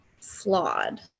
flawed